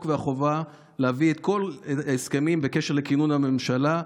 והחובה להביא את כל ההסכמים בקשר לכינון הממשלה,